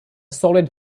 solid